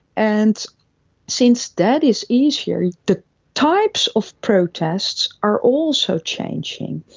and since that is easier, the types of protests are also changing.